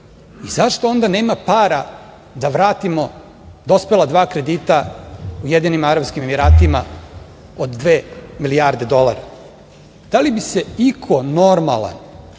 i zašto onda nema para da vratimo dospela dva kredita Ujedinjenim Arapskim Emiratima od dve milijarde dolara? Da li bi se iko normalan